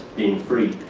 being free.